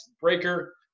Breaker